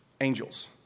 Angels